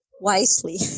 wisely